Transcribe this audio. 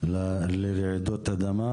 לרעידות אדמה.